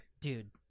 Dude